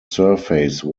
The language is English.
surface